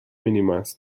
minimize